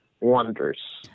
Wonders